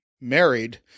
married